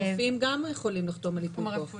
רופאים גם יכולים לחתום על ייפוי כוח.